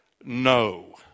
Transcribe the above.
no